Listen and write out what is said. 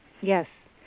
Yes